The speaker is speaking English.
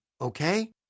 okay